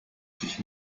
sich